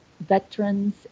veterans